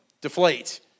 deflate